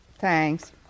Thanks